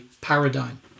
paradigm